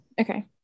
okay